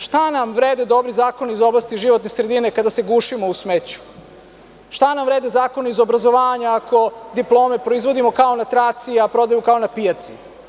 Šta nam vrede dobri zakoni iz oblasti životne sredine kada se gušimo u smeću, šta nam vrede zakoni iz obrazovanja ako diplome proizvodimo kao na traci, a prodajemo kao na pijaci?